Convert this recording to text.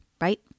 right